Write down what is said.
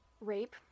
Rape